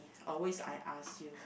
always I ask you